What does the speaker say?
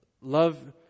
Love